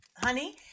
honey